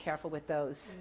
careful with those